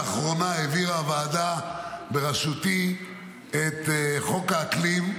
לאחרונה העבירה הוועדה בראשותי את חוק האקלים,